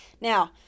Now